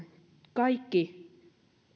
kaikki